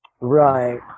Right